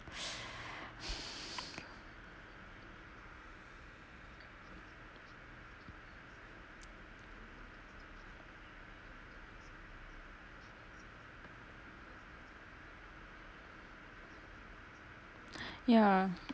yeah